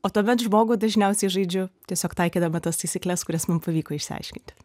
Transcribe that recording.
o tuomet žmogų dažniausiai žaidžiu tiesiog taikydama tas taisykles kurias man pavyko išsiaiškinti